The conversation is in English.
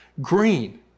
green